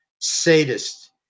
sadist